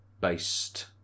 based